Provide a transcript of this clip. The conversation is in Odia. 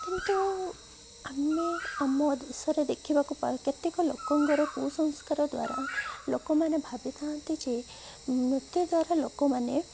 କିନ୍ତୁ ଆମେ ଆମ ଦେଶରେ ଦେଖିବାକୁ ପାଇଥାଉ କେତେକ ଲୋକଙ୍କର କୁସଂସ୍କାର ଦ୍ୱାରା ଲୋକମାନେ ଭାବିଥାନ୍ତି ଯେ ନୃତ୍ୟ ଦ୍ୱାରା ଲୋକମାନେ